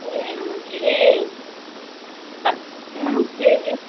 ए के अरे तप नमस्ते